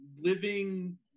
living